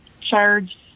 charge